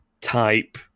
type